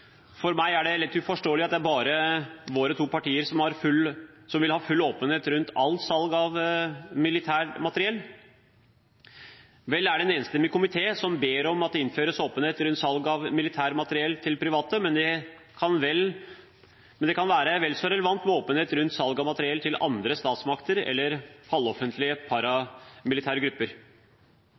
For meg er det litt uforståelig at det bare er våre to partier som vil ha full åpenhet rundt alt salg av militært materiell. Vel er det en enstemmig komité som ber om at det innføres åpenhet rundt salg av militært materiell til private, men det kan være vel så relevant med åpenhet rundt salg av materiell til andre statsmakter eller halvoffentlige paramilitære grupper.